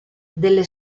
delle